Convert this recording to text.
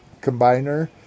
combiner